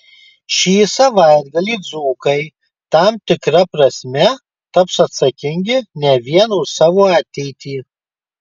šį savaitgalį dzūkai tam tikra prasme taps atsakingi ne vien už savo ateitį